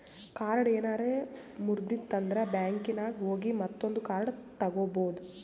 card ಏನಾರೆ ಮುರ್ದಿತ್ತಂದ್ರ ಬ್ಯಾಂಕಿನಾಗ್ ಹೋಗಿ ಮತ್ತೊಂದು ಕಾರ್ಡ್ ತಗೋಬೋದ್